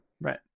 Right